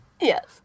Yes